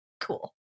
cool